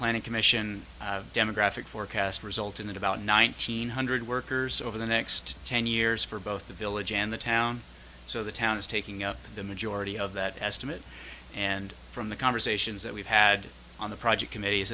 planning commission demographic forecast result in about nineteen hundred workers over the next ten years for both the village and the town so the town is taking up the majority of that estimate and from the conversations that we've had on the project committee